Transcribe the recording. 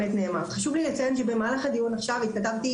חשוב לי לציין שבמהלך הדיון עכשיו התכתבתי